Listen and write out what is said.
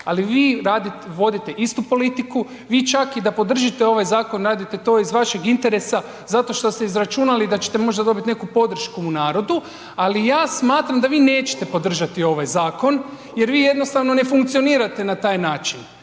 radite, vodite istu politiku, vi čak i da podržite ovaj zakon, radite to iz vašeg interesa, zato što ste izračunali da ćete možda dobiti neku podršku u narodu, ali ja smatram da vi nećete podržati ovaj zakon jer vi jednostavno ne funkcionirate na taj način.